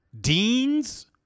Dean's